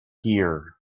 here